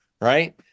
right